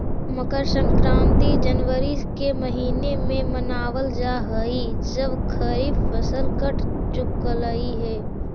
मकर संक्रांति जनवरी के महीने में मनावल जा हई जब खरीफ फसल कट चुकलई हे